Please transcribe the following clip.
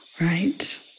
right